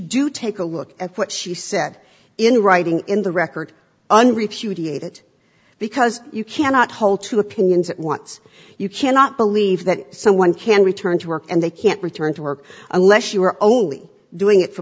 do take a look at what she said in writing in the record unrefuted it because you cannot hold two opinions at once you cannot believe that someone can return to work and they can't return to work unless you are only doing it for